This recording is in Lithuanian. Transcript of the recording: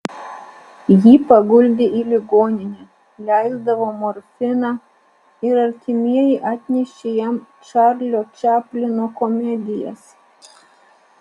jį paguldė į ligoninę leisdavo morfiną ir artimieji atnešė jam čarlio čaplino komedijas